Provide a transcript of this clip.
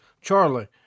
Charlie